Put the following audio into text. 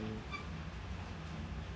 mm